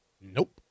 Nope